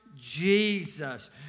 Jesus